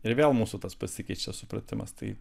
ir vėl mūsų tas pasikeičia supratimas tai